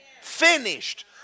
Finished